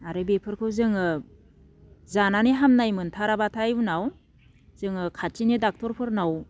आरो बेफोरखौ जोङो जानानै हामनाय मोनथाराब्लाथाय उनाव जोङो खाथिनि ड'क्टरफोरनाव